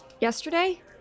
Yesterday